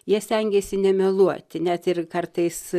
jie stengėsi nemeluoti net ir kartais